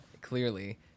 Clearly